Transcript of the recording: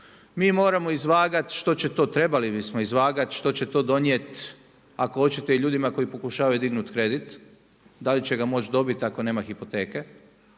Mi moramo izvagat što će to, trebali bismo izvagati što će to donijet ako hoćete ljudima koji pokušavaju dignut kredit, da li će ga moći dobiti ako nema hipoteke.